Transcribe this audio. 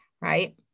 Right